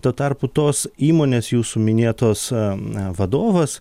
tuo tarpu tos įmonės jūsų minėtos na vadovas